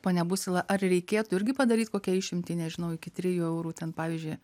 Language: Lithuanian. pone busila ar reikėtų irgi padaryt kokią išimtį nežinau iki trijų eurų ten pavyzdžiui